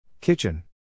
Kitchen